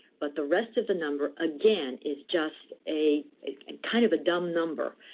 but the rest of the number, again, is just a and kind of a dumb number.